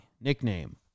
Nickname